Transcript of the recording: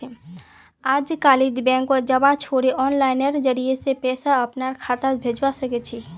अजकालित बैंकत जबा छोरे आनलाइनेर जरिय स पैसा अपनार खातात भेजवा सके छी